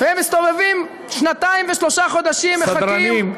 הם מסתובבים שנתיים ושלושה חודשים, מחכים, סדרנים.